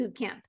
Bootcamp